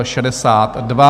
62.